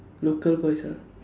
local ah